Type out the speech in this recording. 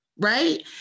Right